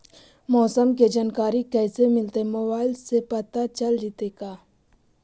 मौसम के जानकारी कैसे मिलतै मोबाईल से पता चल जितै का?